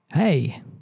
Hey